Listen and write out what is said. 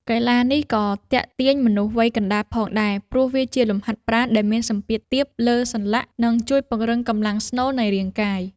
កីឡានេះក៏ទាក់ទាញមនុស្សវ័យកណ្ដាលផងដែរ ព្រោះវាជាលំហាត់ប្រាណដែលមានសម្ពាធទាបលើសន្លាក់ និងជួយពង្រឹងកម្លាំងស្នូលនៃរាងកាយ។